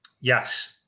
yes